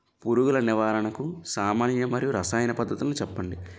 పురుగుల నివారణకు సామాన్య మరియు రసాయన పద్దతులను చెప్పండి?